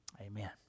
amen